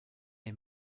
est